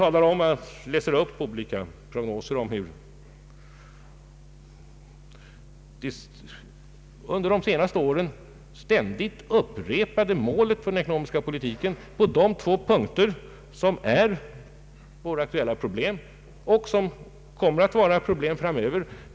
Han läser upp olika prognoser om det under de senaste åren ständigt upprepade målet för den ekonomiska politiken på de två punkter där våra aktuella problem finns och kommer att finnas framöver.